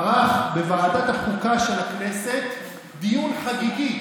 ערך בוועדת החוקה של הכנסת דיון חגיגי